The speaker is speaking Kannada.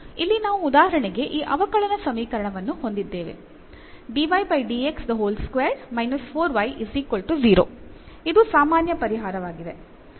ಇಲ್ಲಿ ನಾವು ಉದಾಹರಣೆಗೆ ಈ ಅವಕಲನ ಸಮೀಕರಣವನ್ನು ಹೊಂದಿದ್ದೇವೆ ಇದು ಸಾಮಾನ್ಯ ಪರಿಹಾರವಾಗಿದೆ